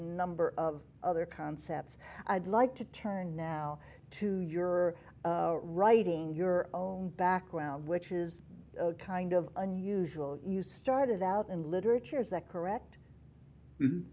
number of other concepts i'd like to turn now to your writing your own background which is kind of unusual you started out in literature is that correct